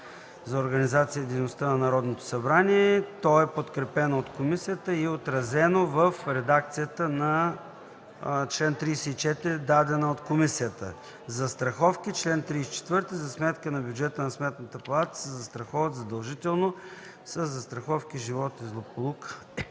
за организацията и дейността на Народното събрание. Подкрепено е от комисията и отразено в редакцията на чл. 34, дадена от комисията:„Застраховки. Чл. 34. За сметка на бюджета на Сметната палата се застраховат задължително със застраховки „Живот” и „Злополука”